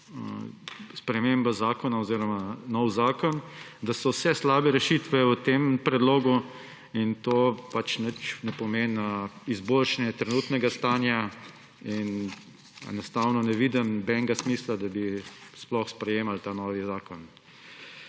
sprememba zakona oziroma nov zakon, da so vse slabe rešitve v tem predlogu in to pač ne pomeni izboljšanja trenutnega stanja. Enostavno ne vidim nobenega smisla, da bi sploh sprejemali ta novi zakon.